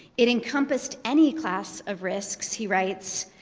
it encompassed any class of risks, he writes,